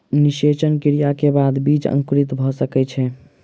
निषेचन क्रिया के बाद बीज अंकुरित भ सकै छै